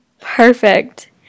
Perfect